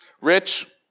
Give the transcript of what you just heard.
Rich